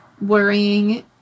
Worrying